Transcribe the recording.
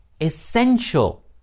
Essential